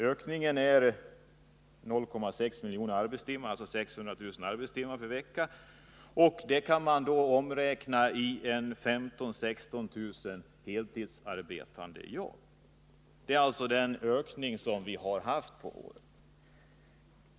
Ökningen är 600 000 arbetstimmar per vecka, vilket omräknat ger 15 000-16 000 heltidsarbeten. Det är den ökning vi har haft på ett år.